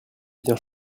bien